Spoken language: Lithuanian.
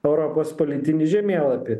europos politinį žemėlapį